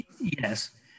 yes